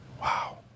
Wow